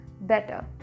better